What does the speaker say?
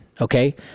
okay